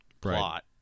plot